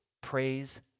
praise